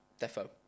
defo